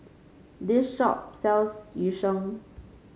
this shop sells Yu Sheng